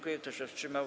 Kto się wstrzymał?